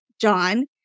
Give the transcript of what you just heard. John